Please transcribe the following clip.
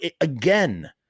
again